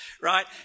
right